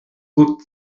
good